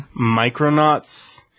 Micronauts